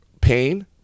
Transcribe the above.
pain